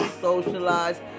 socialize